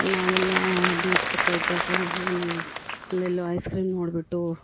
ನಾವೆಲ್ಲ ಬೀಚ್ ಪಕ್ಕ ಇದ್ದಾಗ ಅವನು ಅಲ್ಲೆಲ್ಲೋ ಐಸ್ ಕ್ರೀಮ್ ನೋಡಿಬಿಟ್ಟು